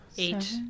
Eight